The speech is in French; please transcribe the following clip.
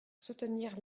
soutenir